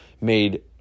made